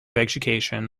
education